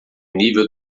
nível